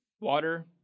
water